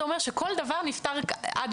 עכשיו,